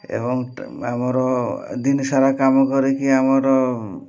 ଏବଂ ଆମର ଦିନ ସାରା କାମ କରିକି ଆମର